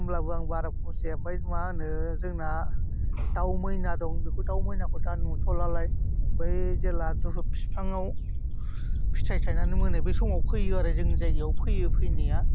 होमब्लाबो आं बारा फसाया ओमफ्राय मा होनो जोंना दाउ मैना दं बेखौ दाउ मैनाखौ दा नुथ'लालाय बै जेला दुहुब बिफाङाव फिथाइ थाइनानै मोनो बे समाव फैयो आरो जोंनि जायगायाव फैयो फैनाया